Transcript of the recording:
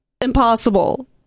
impossible